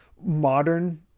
modern